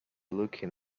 looking